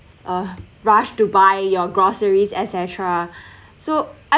or rush to buy your groceries etcetera so I